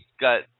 got